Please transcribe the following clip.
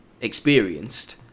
experienced